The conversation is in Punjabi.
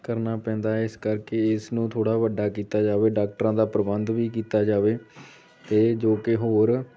ਕਰਨਾ ਪੈਂਦਾ ਹੈ ਇਸ ਕਰਕੇ ਇਸ ਨੂੰ ਥੋੜ੍ਹਾ ਵੱਡਾ ਕੀਤਾ ਜਾਵੇ ਡਾਕਟਰਾਂ ਦਾ ਪ੍ਰਬੰਧ ਵੀ ਕੀਤਾ ਜਾਵੇ ਅਤੇ ਜੋ ਕਿ ਹੋਰ